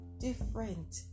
different